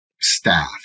staff